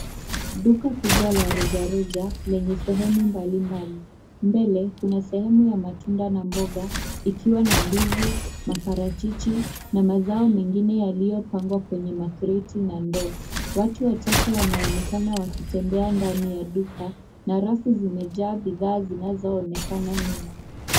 Duka kubwa la rejareja lenye sehemu mbali mbali. Mbele, kuna sehemu ya matunda na mboga, ikiwa na ndizi, maparachichi, na mazao mengine yaliyopangwa kwenye makreti na ndoo. Watu wachache wanonekana wakitembea ndani ya duka, na rafu zimejaa bidhaa zinazoonekana nyuma.